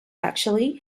actually